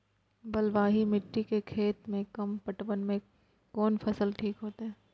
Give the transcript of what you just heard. बलवाही मिट्टी के खेत में कम पटवन में कोन फसल ठीक होते?